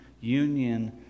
union